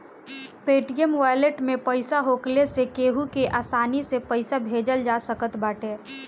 Paytm wallet में पईसा होखला से केहू के आसानी से पईसा भेजल जा सकत बाटे